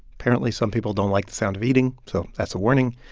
apparently, some people don't like the sound of eating, so that's a warning.